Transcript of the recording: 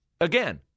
Again